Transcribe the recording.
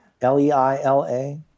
L-E-I-L-A